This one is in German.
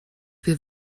wir